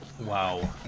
Wow